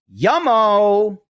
yummo